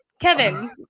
Kevin